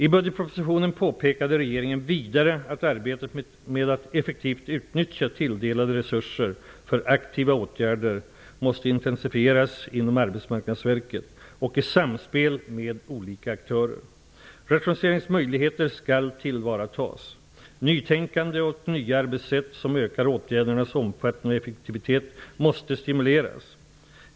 I budgetpropositionen påpekade regeringen vidare att arbetet med att effektivt utnyttja tilldelade resurser för aktiva åtgärder måste intensifieras inom Arbetsmarknadsverket och i samspel med olika aktörer. Rationaliseringsmöjligheter skall tillvaratas. Nytänkande och nya arbetssätt, som ökar åtgärdernas omfattning och effektivitet, måste stimuleras.